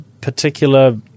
particular